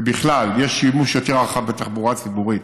ובכלל, יש שימוש יותר רחב בתחבורה ציבורית,